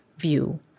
View